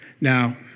now